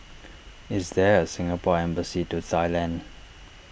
is there a Singapore Embassy to Thailand